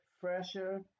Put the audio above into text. fresher